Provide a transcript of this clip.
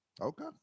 Okay